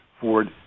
Ford